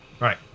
Right